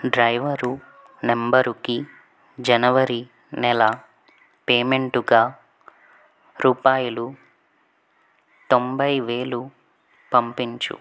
driver నంబరుకి జనవరి నెల పేమెంటుగా రూపాయలు తొంభై వేలు పంపించు